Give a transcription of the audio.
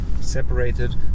separated